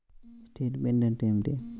Statement అంటే ఏమిటి?